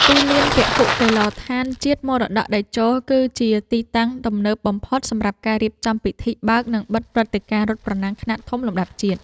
ទីលានពហុកីឡដ្ឋានជាតិមរតកតេជោ គឺជាទីតាំងទំនើបបំផុតសម្រាប់ការរៀបចំពិធីបើក និងបិទព្រឹត្តិការណ៍រត់ប្រណាំងខ្នាតធំលំដាប់ជាតិ។